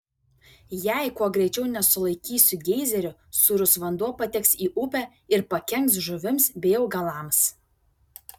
jei kuo greičiau nesulaikysiu geizerių sūrus vanduo pateks į upę ir pakenks žuvims bei augalams